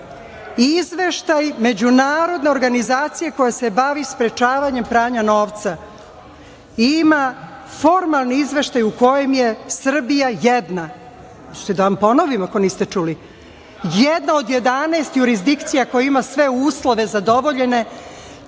neznanju. Izveštaj međunarodne organizacije koja se bavi sprečavanjem pranja novca ima formalni izveštaj u kojem je Srbija jedna, hoćete da vam ponovim ako niste čuli, jedna od jedanaest jurisdikcija koja ima sve uslove zadovoljene